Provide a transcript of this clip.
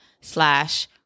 slash